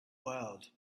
world